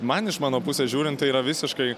man iš mano pusės žiūrint tai yra visiškai